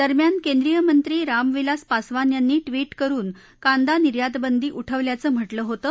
दरम्यान केंद्रीय मंत्री रामविलास पासवान यांनी ट्विट करून कांदा निर्यात बंदी उठवल्याचं म्हटलं होतं